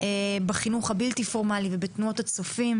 בחינוך הבלתי פורמלי ובתנועת הצופים.